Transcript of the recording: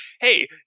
hey